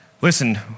Listen